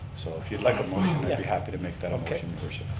so if you'd like a motion, i'd be happen to make that um a motion, your worship.